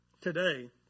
Today